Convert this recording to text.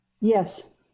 Yes